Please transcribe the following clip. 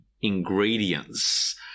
ingredients